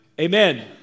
Amen